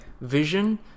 vision